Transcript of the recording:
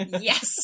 Yes